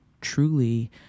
truly